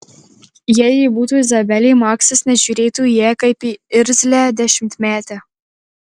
jei ji būtų izabelė maksas nežiūrėtų į ją kaip į irzlią dešimtmetę